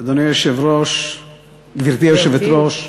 גברתי היושבת-ראש,